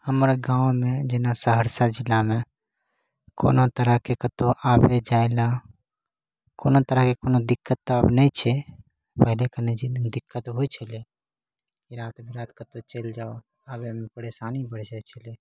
हमरा गाँवमे जेना सहरसा जिलामे कोनो तरहके कतौ आबै जाय लऽ कोनो तरहके कोनो दिक्कत तऽ आब नहि छै पहिले कनी दिक्कत होइ छलै राति विराति कतौ चलि जाउ आबैमे परेशानी बढ़ि जाइ छलै